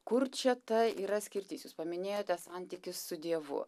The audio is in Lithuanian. kur čia ta yra skirtis jūs paminėjote santykius su dievu